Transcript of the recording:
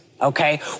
Okay